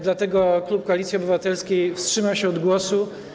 Dlatego klub Koalicji Obywatelskiej wstrzyma się od głosu.